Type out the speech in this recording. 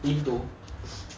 tidur